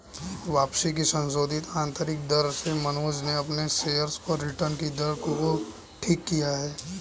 वापसी की संशोधित आंतरिक दर से मनोज ने अपने शेयर्स पर रिटर्न कि दर को ठीक किया है